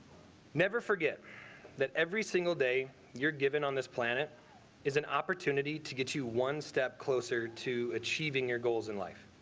never forget that every single day you're given on this planet is an opportunity to get you one step closer to achieving your goals in life.